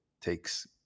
takes